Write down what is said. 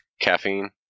caffeine